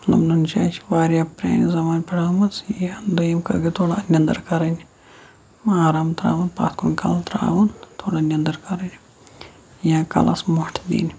مطلب نُن چاے چھِ واریاہ پرٛانہِ زمانہٕ پٮ۪ٹھ آمٕژ یا دوٚیِم کَتھ گُتُل اَتھ ننٛدٕر کَرٕنۍ آرام ترٛاوُن پَتھ کَلہٕ ترٛاوُن تھوڑا ننٛدٕر کَرٕنۍ یا کَلَس مۄٹھ دِنۍ